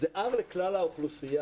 R לכלל האוכלוסייה.